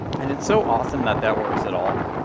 and it's so awesome that that works at all.